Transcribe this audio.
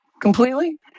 completely